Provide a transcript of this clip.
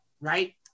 right